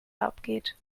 abgeht